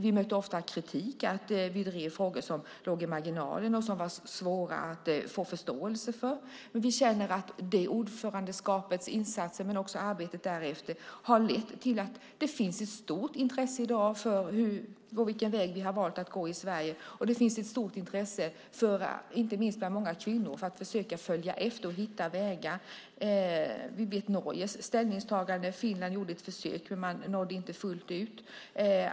Vi mötte ofta kritik för att vi drev frågor som låg i marginalen och som var svåra att få förståelse för. Men vi känner att det ordförandeskapets insatser, och också arbetet därefter, har lett till att det i dag finns ett stort intresse för vilken väg vi har valt att gå i Sverige. Det finns ett stort intresse, inte minst bland många kvinnor, av att försöka följa efter och hitta vägar. Vi vet Norges ställningstagande. Finland gjorde ett försök, men man nådde inte ända fram.